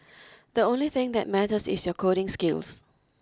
the only thing that matters is your coding skills